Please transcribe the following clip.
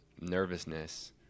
nervousness